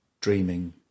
dreaming